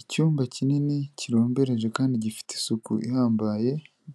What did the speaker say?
Icyumba kinini kirombereje kandi gifite isuku ihambaye,